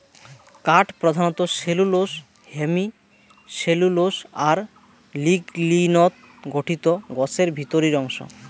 কাঠ প্রধানত cellulose, hemicellulose আর লিগলিনত গঠিত গছের ভিতরির অংশ